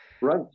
right